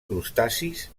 crustacis